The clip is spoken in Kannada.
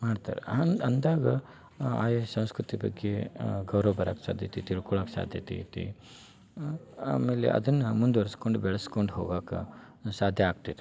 ಮಾಡ್ತಾರೆ ಹಂಗೆ ಅಂದಾಗ ಆಯಾಯ ಸಂಸ್ಕೃತಿ ಬಗ್ಗೆ ಗೌರವ ಬರಾಕ್ಕೆ ಸಾಧ್ಯತೆ ಐತಿ ತಿಳ್ಕೊಳಾಕೆ ಸಾಧ್ಯತೆ ಐತಿ ಆಮೇಲೆ ಅದನ್ನು ಮುಂದ್ವರ್ಸ್ಕೊಂಡು ಬೆಳ್ಸ್ಕೊಂಡು ಹೋಗಾಕ್ಕೆ ಸಾಧ್ಯ ಆಗ್ತೈತಿ